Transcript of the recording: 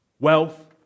wealth